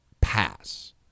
pass